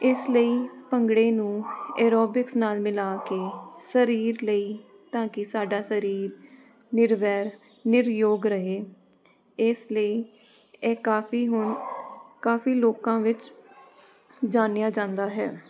ਇਸ ਲਈ ਭੰਗੜੇ ਨੂੰ ਐਰੋਬਿਕਸ ਨਾਲ ਮਿਲਾ ਕੇ ਸਰੀਰ ਲਈ ਤਾਂ ਕਿ ਸਾਡਾ ਸਰੀਰ ਨਿਰਵੈਰ ਨਿਰਯੋਗ ਰਹੇ ਇਸ ਲਈ ਇਹ ਕਾਫੀ ਹੁਣ ਕਾਫੀ ਲੋਕਾਂ ਵਿੱਚ ਜਾਣਿਆ ਜਾਂਦਾ ਹੈ